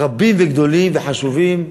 רבים וגדולים וחשובים.